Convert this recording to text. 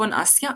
צפון אסיה,